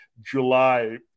July